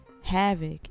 havoc